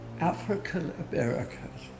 African-Americans